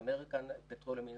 זה American petroleum institute.